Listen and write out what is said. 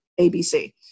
ABC